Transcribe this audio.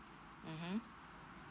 mmhmm